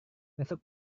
besok